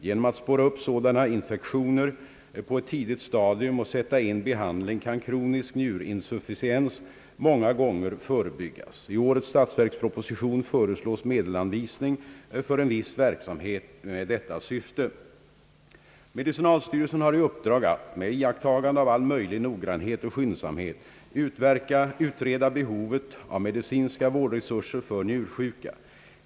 Genom att spåra upp sådana infektioner på ett tidigt stadium och sätta in behandling kan kronisk njurinsufficiens många gånger förebyggas. I årets statsverksproposition föreslås medelsanvisning för en viss verksamhet med detta syfte. Medicinalstyrelsen har i uppdrag att, med iakttagande av all möjlig noggrannhet och skyndsamhet, utreda behovet av medicinska vårdresurser för njursjuka.